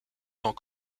tant